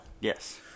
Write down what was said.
Yes